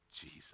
Jesus